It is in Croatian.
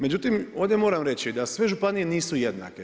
Međutim, ovdje moram reći da sve županije nisu jednake.